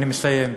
אני מסיים.